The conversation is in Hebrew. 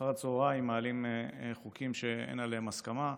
אחר הצוהריים מעלים חוקים שאין עליהם הסכמה,